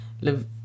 live